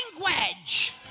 language